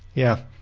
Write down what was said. yeah.